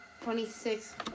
twenty-six